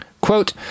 Quote